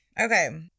Okay